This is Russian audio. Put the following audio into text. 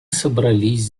собрались